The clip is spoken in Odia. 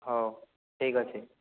ହଉ ଠିକ୍ ଅଛି